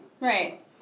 Right